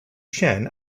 chen